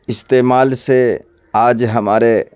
استعمال سے آج ہمارے